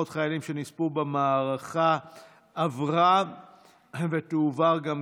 שוסטר, עברה בקריאה ראשונה ותועבר להמשך